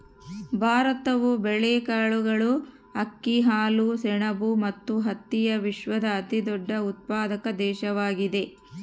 ಭಾರತವು ಬೇಳೆಕಾಳುಗಳು, ಅಕ್ಕಿ, ಹಾಲು, ಸೆಣಬು ಮತ್ತು ಹತ್ತಿಯ ವಿಶ್ವದ ಅತಿದೊಡ್ಡ ಉತ್ಪಾದಕ ದೇಶವಾಗಿದೆ